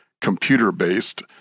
computer-based